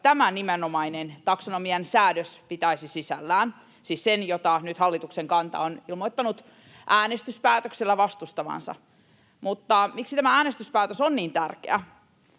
tämä nimenomainen taksonomian säädös pitäisi sisällään, siis se, jota nyt hallitus kantanaan on ilmoittanut äänestyspäätöksellä vastustavansa. Miksi tämä äänestyspäätös on niin tärkeä?